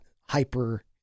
hyper